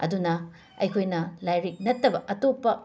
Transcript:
ꯑꯗꯨꯅ ꯑꯩꯈꯣꯏꯅ ꯂꯥꯏꯔꯤꯛ ꯅꯠꯇꯕ ꯑꯇꯣꯞꯄ